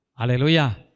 Hallelujah